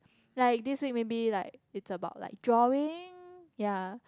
like this week maybe like it's about like drawing ya